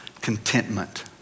contentment